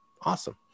awesome